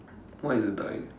what is dying